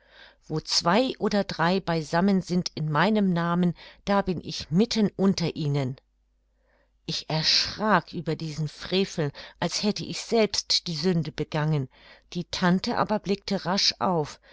wo zwei oder drei beisammen sind in meinem namen da bin ich mitten unter ihnen ich erschrak über diesen frevel als hätte ich selbst die sünde begangen die tante aber blickte rasch auf